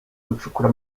gucukura